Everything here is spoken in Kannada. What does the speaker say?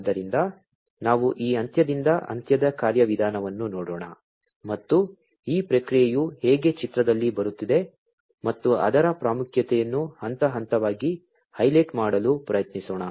ಆದ್ದರಿಂದ ನಾವು ಈ ಅಂತ್ಯದಿಂದ ಅಂತ್ಯದ ಕಾರ್ಯವಿಧಾನವನ್ನು ನೋಡೋಣ ಮತ್ತು ಈ ಪ್ರಕ್ರಿಯೆಯು ಹೇಗೆ ಚಿತ್ರದಲ್ಲಿ ಬರುತ್ತಿದೆ ಮತ್ತು ಅದರ ಪ್ರಾಮುಖ್ಯತೆಯನ್ನು ಹಂತ ಹಂತವಾಗಿ ಹೈಲೈಟ್ ಮಾಡಲು ಪ್ರಯತ್ನಿಸೋಣ